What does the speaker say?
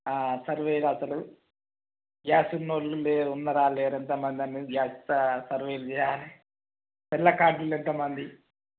ఆ సర్వేలో అసలు గ్యాస్ ఉన్నోళ్ళు లే ఉన్నరా లేరా ఎంతమందన్నది కాస్త సర్వేలు చెయ్యాలి తెల్ల కార్దులు ఎంత మంది